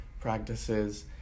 practices